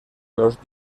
los